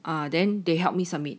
ah then they help me summit